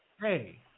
Hey